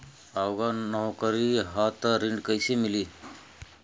अगर नौकरी ह त ऋण कैसे मिली?